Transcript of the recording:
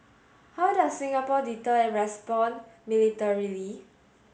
how does Singapore deter and respond militarily